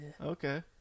Okay